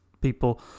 people